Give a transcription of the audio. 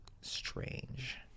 strange